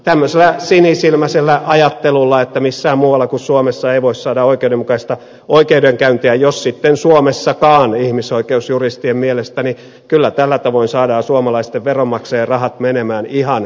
tämmöisellä sinisilmäisellä ajattelulla että missään muualla kuin suomessa ei voi saada oikeudenmukaista oikeudenkäyntiä jos sitten suomessakaan ihmisoikeusjuristien mielestä kyllä tällä tavoin saadaan suomalaisten veronmaksajien rahat menemään ihan kankkulan kaivoon